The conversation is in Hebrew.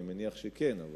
אבל אני מניח שכן.